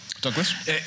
Douglas